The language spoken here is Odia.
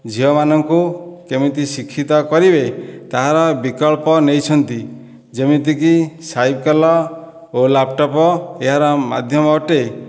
ଝିଅମାନଙ୍କୁ କେମିତି ଶିକ୍ଷିତ କରିବେ ତାହାର ବିକଳ୍ପ ନେଇଛନ୍ତି ଯେମିତିକି ସାଇକଲ୍ ଓ ଲାପଟପ୍ ଏହାର ମାଧ୍ୟମ ଅଟେ